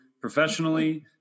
professionally